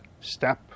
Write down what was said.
step